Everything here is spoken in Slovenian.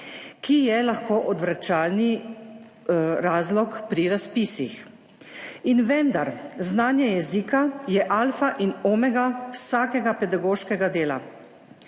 ki je lahko odvračalni razlog pri razpisih. In vendar, znanje jezika je alfa in omega vsakega pedagoškega dela.